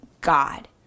God